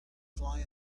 fly